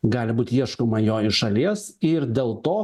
gali būt ieškoma jo iš šalies ir dėl to